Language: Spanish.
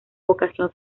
vocación